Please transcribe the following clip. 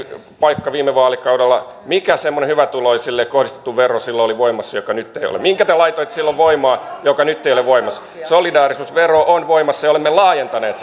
paikka viime vaalikaudella mikä semmoinen hyvätuloisille kohdistettu vero silloin oli voimassa joka nyt ei ole minkä te laitoitte silloin voimaan joka nyt ei ole voimassa solidaarisuusvero on voimassa ja olemme laajentaneet